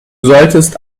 solltest